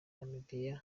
namibiya